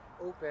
open